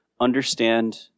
understand